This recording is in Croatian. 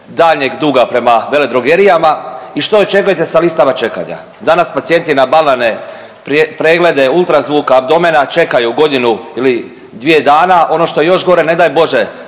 daljnjeg duga prema veledrogerijama i što očekujete sa listama čekanja. Danas pacijenti na banalne preglede ultrazvuk abdomena čekaju godinu ili dvije dana. Ono što je još gore ne daj bože